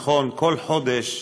נכון, כל חודש